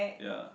ya